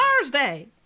Thursday